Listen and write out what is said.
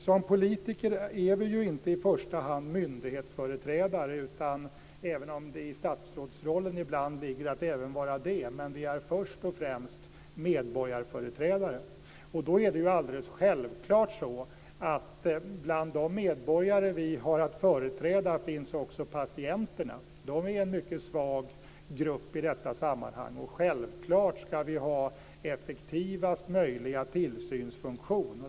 Som politiker är vi ju inte i första hand myndighetsföreträdare även om det ibland ligger i statsrådsrollen att även vara det. Vi är först och främst företrädare för medborgarna. Bland de medborgare vi har att företräda finns också självfallet patienterna. De är en mycket svag grupp i detta sammanhang. Vi ska självfallet ha effektivast möjliga tillsynsfunktion.